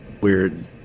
weird